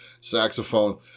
saxophone